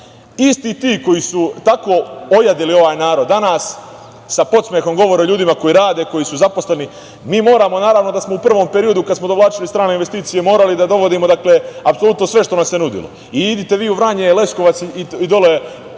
isti ti koji su tako ojadili ovaj narod danas sa podsmehom govore o ljudima koji rade, koji su zaposleni. Naravno, u prvom periodu kad smo dovlačili strane investicije morali smo da dovodimo apsolutno sve što nam se nudilo i idite vi u Vranje i Leskovac i dole